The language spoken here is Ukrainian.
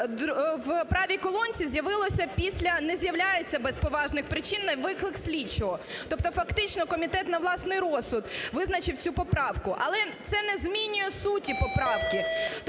в правій колонці з'явилося після "не з'являється без поважних причин на виклик слідчого". Тобто фактично комітет на власний розсуд визначив цю поправку. Але це не змінює суті поправки.